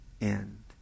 end